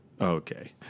Okay